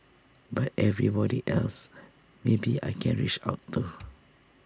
but everybody else maybe I can reach out to